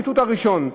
הציטוט הראשון,